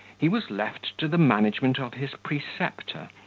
he was left to the management of his preceptor,